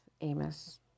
Amos